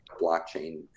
blockchain